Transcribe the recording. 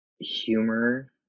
humor